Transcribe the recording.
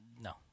No